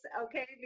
okay